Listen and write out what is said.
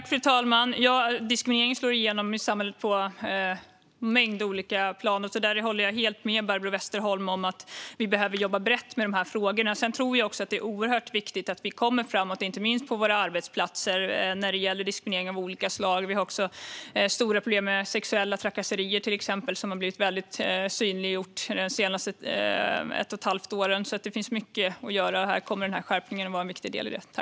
Fru talman! Diskriminering slår igenom i samhället på en mängd olika plan, så jag håller helt med Barbro Westerholm om att vi behöver jobba brett med frågorna. Jag tror också att det är oerhört viktigt att vi inte minst på våra arbetsplatser kommer framåt när det gäller diskriminering av olika slag. Vi har också stora problem med till exempel sexuella trakasserier, vilket är något som har blivit mycket synliggjort under de senaste ett och ett halvt åren. Här finns mycket att göra. Skärpningen kommer att bli en viktig del i detta.